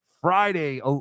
Friday